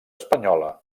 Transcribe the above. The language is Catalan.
espanyola